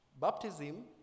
Baptism